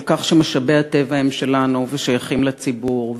כך שמשאבי הטבע הם שלנו ושייכים לציבור,